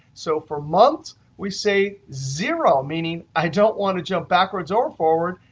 so for months, we say zero, meaning i don't want to jump backwards or forward,